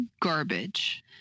garbage